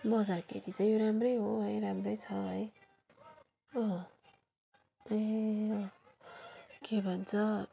बजारको हेरी चाहिँ यो राम्रै हो है राम्रै छ है अँ ए अँ के भन्छ